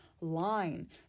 line